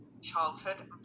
childhood